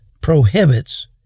prohibits